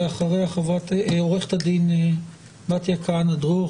ולאחרי עוה"ד בתיה כהנא דרור,